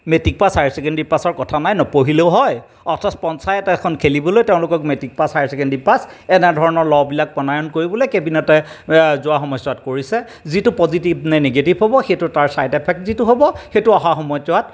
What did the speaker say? matric pass higher secondary pass কথা নাই নপঢ়িলেও হয় অথচ পঞ্চায়ত এখন খেলিবলৈ তেওঁলোকক matric pass higher secondary pass এনেধৰণৰ ল'বিলাক প্ৰণয়ন কৰিবলৈ কেবিনেটে যোৱা সময়ছোৱাত কৰিছে যিটো পজিটিভ নে নিগেটিভ হ'ব সেইটো তাৰ ছাইড এফেক্ট যিটো হ'ব সেইটো অহা সময়ছোৱাত